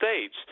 states